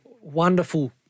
wonderful